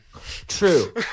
True